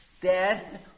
Dad